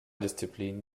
disziplinen